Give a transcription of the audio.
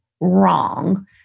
wrong